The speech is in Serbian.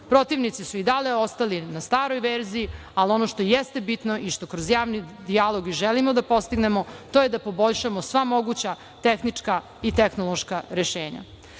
Protivnici su i dalje ostali na staroj verziji, ali ono što jeste i bitno i što kroz javni dijalog i želimo da postignemo to je da poboljšamo sva moguća tehnička i tehnološka rešenja.S